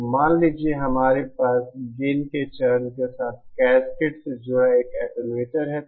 तो मान लीजिए हमारे पास गेन के चरण के साथ कैस्केड से जुड़ा एक एटेन्यूएटर है